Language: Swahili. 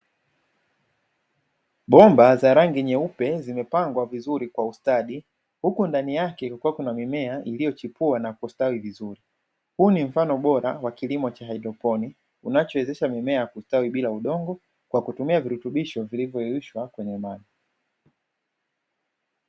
Bomba za rangi nyeupe zimepangwa vizuri kwa ustadi. Huku ndani yake kukiwa kuna mimea iliyochipua na kustawi vizuri. Huu ni mfano bora wa kilimo cha haidroponi kinachowezesha mimea kustawi bila udongo kwa kutumia virutubisho vilivyoyayushwa kwenye maji.